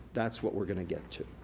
that's what we're gonna get to.